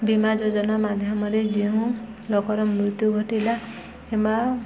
ବୀମା ଯୋଜନା ମାଧ୍ୟମରେ ଯେଉଁ ଲୋକର ମୃତ୍ୟୁ ଘଟିଲା କିମ୍ବା